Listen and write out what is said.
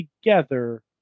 together